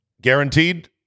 Guaranteed